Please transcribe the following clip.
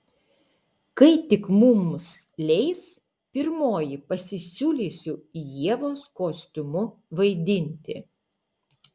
kai tik mums leis pirmoji pasisiūlysiu ievos kostiumu vaidinti